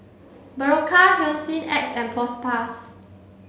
Berocca Hygin X and Propass